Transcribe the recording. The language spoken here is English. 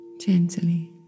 gently